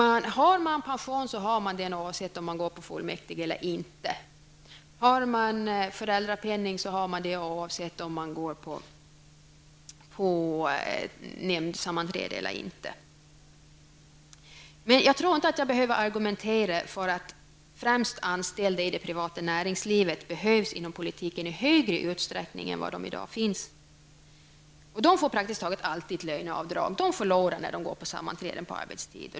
Om man har pension får man den oavsett om man går på fullmäktigemöten eller inte. Om man har föräldrapenning får man den oavsett om man går på nämndsammanträden eller inte. Jag tror inte att jag behöver argumentera för att främst anställda i det privata näringslivet behövs inom politiken i större utsträckning än vad som fär fallet i dag. De får praktiskt taget alltid löneavdrag och förlorar därmed pengar när de går på sammanträden på arbetstid.